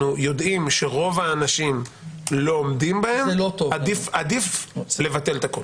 יודעים שרוב האנשים לא עומדים בהן עדיף לבטל את הכול.